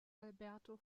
alberto